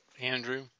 Andrew